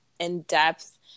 in-depth